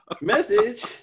message